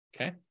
Okay